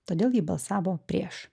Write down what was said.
todėl ji balsavo prieš